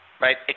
right